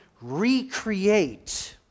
recreate